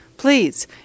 Please